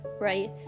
Right